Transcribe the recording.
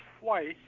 twice